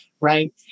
Right